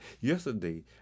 Yesterday